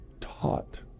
taught